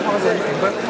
המדיני?